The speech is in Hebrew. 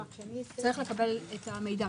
אתה צריך לקבל את המידע.